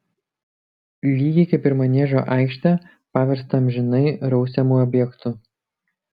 lygiai kaip ir maniežo aikštę paverstą amžinai rausiamu objektu